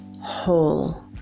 whole